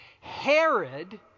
Herod